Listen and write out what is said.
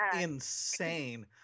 insane